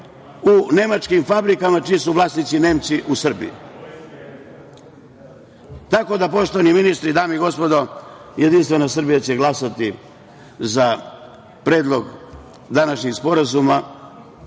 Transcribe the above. u nemačkim fabrikama čiji su vlasnici Nemci u Srbiji. Poštovani ministri, dame i gospodo, JS će glasati za predlog današnjih sporazuma